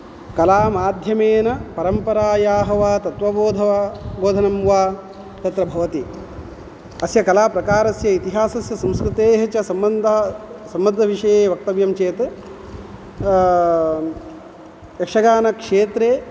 कलामध्यमेन परम्परायाः वा तत्वबोधः बोधनं वा तत्र भवति अस्य कलाप्रकारस्य इतिहासस्य संस्कृतेः च सम्बन्ध सम्बन्धविषये वक्तव्यं चेत् यक्षगानक्षेत्रे